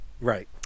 right